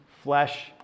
flesh